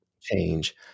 change